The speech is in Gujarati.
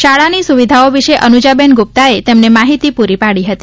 શાળાની સુવિધાઓ વિષે અનુજાબેન ગુપ્તાએ મંત્રીશ્રીને માહિતી પૂરી પાડી હતી